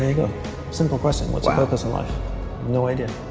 go simple question what's i hope isn't life no idea